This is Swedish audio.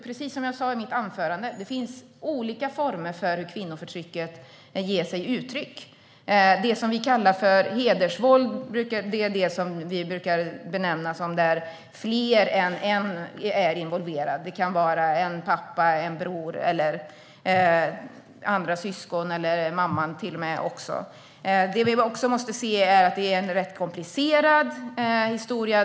Precis som jag sa i mitt anförande finns olika former för hur kvinnoförtrycket tar sig uttryck. Det vi kallar för hedersvåld är det vi benämner att fler än en är involverad. Det kan vara en pappa, en bror, andra syskon eller till och med mamman. Det vi också måste se är att den typen av våld är komplicerat.